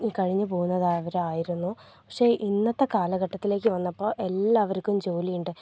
ഈ കഴിഞ്ഞ് പോകുന്നവരായിരുന്നു പക്ഷെ ഇന്നത്തെ കാലഘട്ടത്തിലേക്ക് വന്നപ്പോൾ എല്ലാവർക്കും ജോലിയുണ്ട്